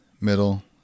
middle